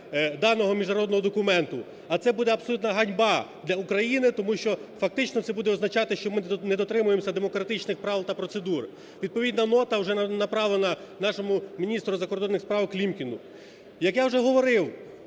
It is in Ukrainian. даного міжнародного документу. А це буде абсолютна ганьба для України, тому що фактично це буде означати, що ми не дотримуємося демократичних прав та процедур. Відповідна нота вже направлена нашому міністру закордонних справ Клімкіну. Як я вже говорив,